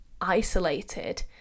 isolated